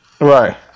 Right